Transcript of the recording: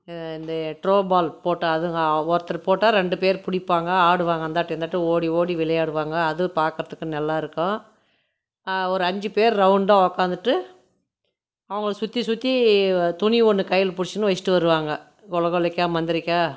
இந்த த்ரோபால் போட்டால் அதுங்க ஒருத்தர் போட்டால் ரெண்டு பேர் பிடிப்பாங்க ஆடுவாங்க அந்தாட்டு இந்தாட்டு ஓடி ஓடி விளையாடுவாங்க அதுவும் பார்க்கறதுக்கு நல்லா இருக்கும் ஒரு அஞ்சு பேர் ரவுண்டாக உக்காந்துட்டு அவங்கள சுற்றி சுற்றி துணி ஒன்று கையில பிடிச்சினு வச்சிட்டு வருவாங்க குல குலைக்கா முந்திரிக்கா